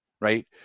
right